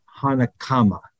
hanakama